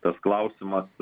tas klausimas